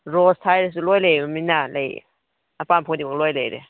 ꯔꯣꯁ ꯍꯥꯏꯔꯁꯨ ꯂꯣꯏ ꯂꯩꯕꯅꯤꯅ ꯂꯩꯌꯦ ꯑꯄꯥꯝꯕ ꯈꯨꯗꯤꯡꯃꯛ ꯂꯣꯏ ꯂꯩꯔꯦ